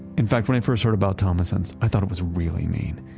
in fact, when i first heard about thomassons, i thought it was really mean.